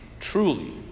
Truly